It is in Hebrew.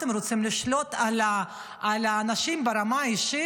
אתם רוצים לשלוט על האנשים ברמה האישית.